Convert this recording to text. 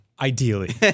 Ideally